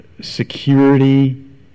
security